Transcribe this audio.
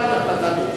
בוודאי אתה תעלה.